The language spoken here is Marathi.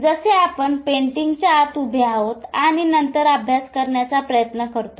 जसे आपण पेंटिंगच्या आत उभे आहोत आणि नंतर अभ्यास करण्याचा प्रयत्न करतो